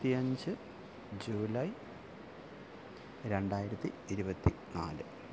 ഇരുപത്തിയഞ്ച് ജൂലൈ രണ്ടായിരത്തി ഇരുപത്തി നാല്